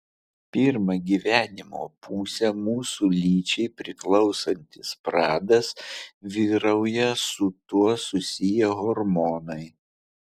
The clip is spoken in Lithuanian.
pirmą gyvenimo pusę mūsų lyčiai priklausantis pradas vyrauja su tuo susiję hormonai